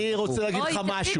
אני רוצה להגיד לך משהו.